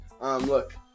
Look